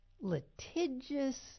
litigious